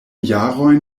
jarojn